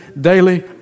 Daily